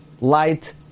light